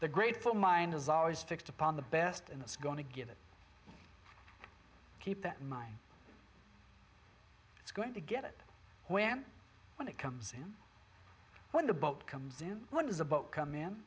the grateful mind is always fixed upon the best and that's going to give it keep that in mind it's going to get it when when it comes when the boat comes in what does a boat come in